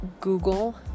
google